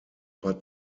but